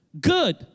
good